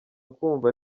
kumva